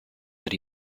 that